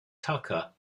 tucker